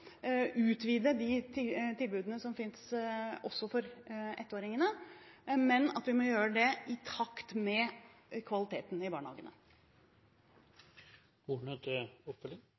utvide de tilbudene som finnes, også for ettåringene, men at vi må gjøre det i takt med kvaliteten i barnehagene.